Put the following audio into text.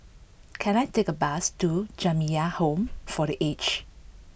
can I take a bus to Jamiyah Home for the Aged